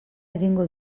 egingo